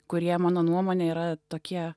kurie mano nuomone yra tokie